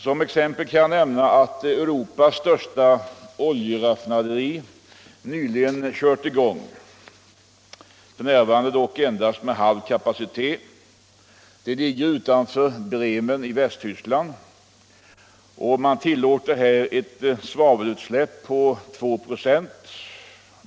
Som exempel kan jag nämna att Europas största oljeraffinaderi nyligen kört i gång — f.n. dock endast med halv kapacitet —- utanför Bremen i Västtyskland. Man tillåter här ett svavelutsläpp på 2 96.